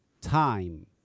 time